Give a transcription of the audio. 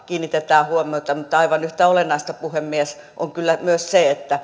kiinnitetään huomiota mutta aivan yhtä olennaista puhemies on kyllä myös se